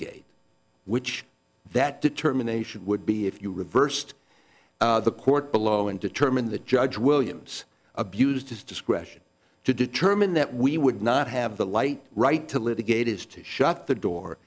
litigate which that determination would be if you reversed the court below and determined the judge williams abused his discretion to determine that we would not have the light right to litigate is to shut